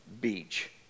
Beach